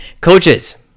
Coaches